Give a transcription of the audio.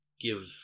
give